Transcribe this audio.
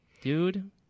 Dude